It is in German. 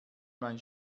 mein